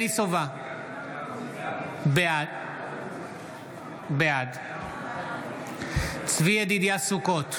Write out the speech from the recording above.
בעד צבי ידידיה סוכות,